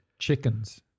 Chickens